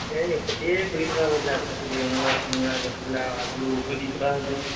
এতিয়া খেতিয়ে কৰি থকা হৈছে শাক পাচলি ৰঙালাও কোমোৰা জাতিলাও আলু এইবোৰ দি থকা হৈছে